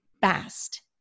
fast